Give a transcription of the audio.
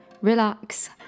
relax